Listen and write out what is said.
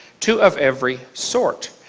two of every sort.